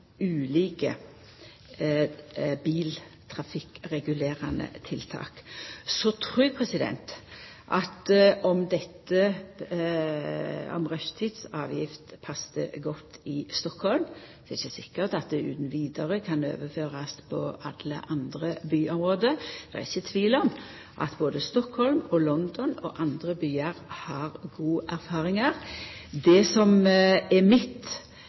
sikkert at det utan vidare kan overførast på alle andre byområde. Det er ikkje tvil om at både Stockholm, London og andre byar har gode erfaringar. Det som er